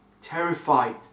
terrified